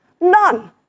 None